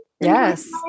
Yes